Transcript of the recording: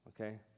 okay